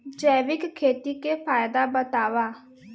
जैविक खेती के फायदा बतावा?